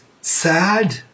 sad